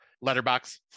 Letterbox